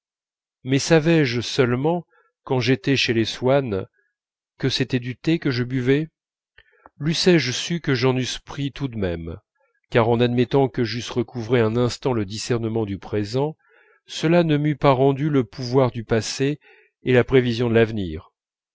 mais savais-je seulement quand j'étais chez les swann que c'était du thé que je buvais leussé je su que j'en eusse pris tout de même car en admettant que j'eusse recouvré un instant le discernement du présent cela ne m'eût pas rendu le souvenir du passé et la prévision de l'avenir